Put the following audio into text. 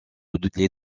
les